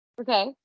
Okay